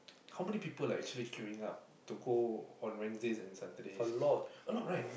how many people are actually queuing to go on Wednesdays and Saturdays a lot right